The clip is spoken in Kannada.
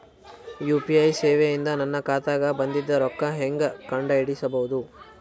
ಯು.ಪಿ.ಐ ಸೇವೆ ಇಂದ ನನ್ನ ಖಾತಾಗ ಬಂದಿದ್ದ ರೊಕ್ಕ ಹೆಂಗ್ ಕಂಡ ಹಿಡಿಸಬಹುದು?